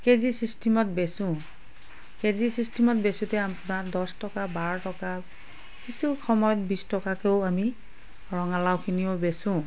KG চিষ্টেমত বেচোঁ KG চিষ্টেমত বেচোঁতে আমাৰ দহ টকা বাৰ টকা কিছু সময়ত বিছ টকাকেও আমি ৰঙালাওখিনিও বেচোঁ